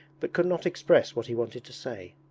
but could not express what he wanted to say.